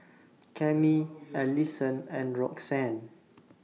Cammie Allisson and Roxann